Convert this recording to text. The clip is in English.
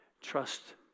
Trust